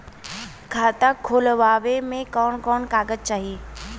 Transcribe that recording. खाता खोलवावे में कवन कवन कागज चाही?